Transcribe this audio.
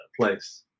place